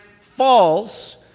false